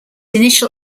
initial